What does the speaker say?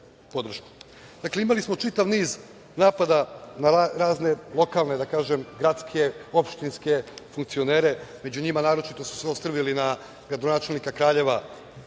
imali smo čitav niz napada na razne lokalne, gradske, opštinske funkcionere. Među njima naročito su se ostrvili na gradonačelnika Kraljeva